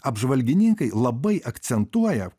apžvalgininkai labai akcentuoja